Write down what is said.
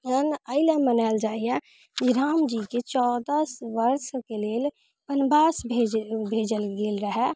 अइ लेल एहि लेल मनायल जाइए कि रामजीकेँ चौदह वर्षके लेल वनवास भेजऽ भेजल गेल रहए